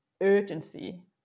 urgency